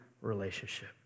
relationship